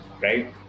right